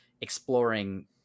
exploring